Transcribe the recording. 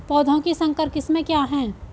पौधों की संकर किस्में क्या हैं?